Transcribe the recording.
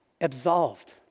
absolved